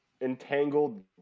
entangled